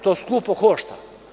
To skupo košta.